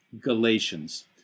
Galatians